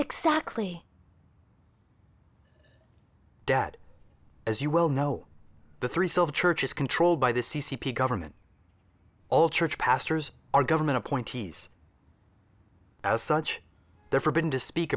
exactly dead as you well know the three self church is controlled by the c c p government all church pastors are government appointees as such they're forbidden to speak